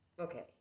Okay